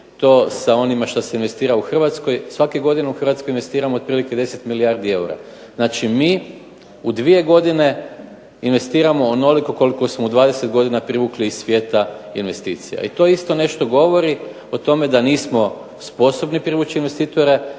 to sa onima što se investira u Hrvatskoj, svake godine u Hrvatskoj investiramo otprilike 10 milijardi eura. Znači mi u dvije godine investiramo onoliko koliko smo u 20 godina privukli iz svijeta investicija. I to nešto govori da nismo sposobni privući investitore